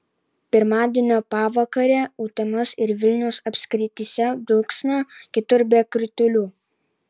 pirmadienio pavakarę utenos ir vilniaus apskrityse dulksna kitur be kritulių